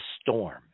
storm